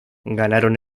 ganaron